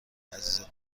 عزیزت